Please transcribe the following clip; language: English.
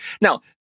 Now